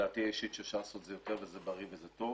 דעתי האישית שאפשר לעשות את זה יותר וזה בריא וזה טוב,